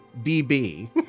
BB